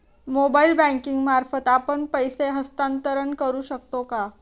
Mobile banking मार्फत आपण पैसे हस्तांतरण करू शकतो का?